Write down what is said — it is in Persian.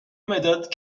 مداد